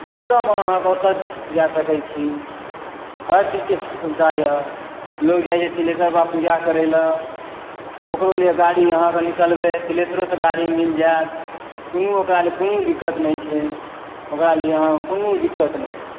जेतय मन अहाँकेँ ओतय जा सकैत छी हरचीजके सुविधा यए लोक जाइत छै तिलेश्वर बाबा पूजा करय लेल ओकरो लिए गाड़ी अहाँकेँ निकलबै तिलेश्वरोसँ गाड़ी मिल जायत कोनो ओकरा लेल कोनो दिक्कत नहि छै ओकरा लिए अहाँकेँ कोनो दिक्कत नहि होइत छै